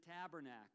tabernacle